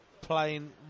playing